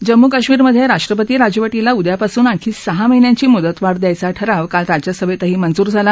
जम्मू कश्मीरमधे राष्ट्रपती राजवटीला उद्यापासून आणखी सहा महिन्यांची मुदतवाढ द्यायचा ठराव काल राज्यसभेतही मंजूर झाला